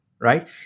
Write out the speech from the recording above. right